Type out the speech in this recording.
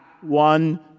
one